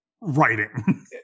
writing